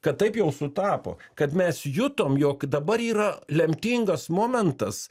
kad taip jau sutapo kad mes jutome jog dabar yra lemtingas momentas